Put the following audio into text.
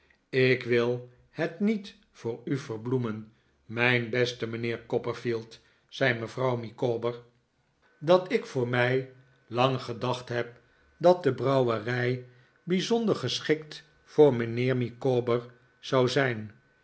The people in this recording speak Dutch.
ik wil het niet voor u verbloemen mijn beste mijnheer copperfield zei mevrouw micawber dat ik voor mij lang gedacht david copperfield heb dat de brouwerij bijzonder geschikt voor mijnheer micawber zou zijn